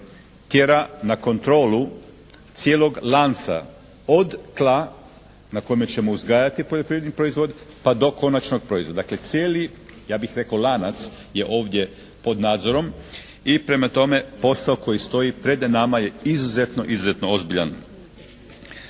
tjera na kontrolu cijelog lanca od tla na kojem ćemo uzgajati poljoprivredni proizvod pa do konačnog proizvoda. Dakle cijeli ja bih rekao lanac je ovdje pod nadzorom. I prema tome, posao koji stoji pred nama je izuzetno ozbiljan,